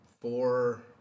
four